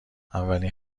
اولین